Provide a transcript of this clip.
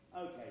Okay